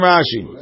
Rashi